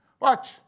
Watch